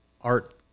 art